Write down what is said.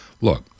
look